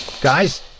Guys